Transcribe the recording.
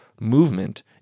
movement